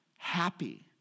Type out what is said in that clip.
happy